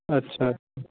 अच्छा अच्छा